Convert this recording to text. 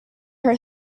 her